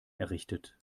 errichtet